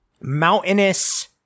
mountainous